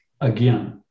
again